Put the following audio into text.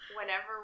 whenever